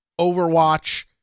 Overwatch